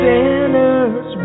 Sinners